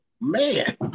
Man